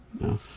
no